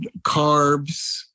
carbs